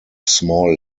small